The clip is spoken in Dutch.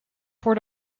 voor